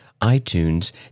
iTunes